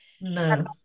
No